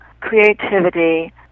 creativity